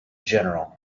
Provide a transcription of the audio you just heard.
general